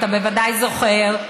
אתה ודאי זוכר,